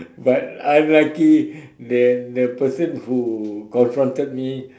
but unlucky that the person who confronted me